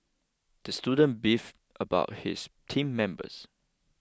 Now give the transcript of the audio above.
the student beef about his team members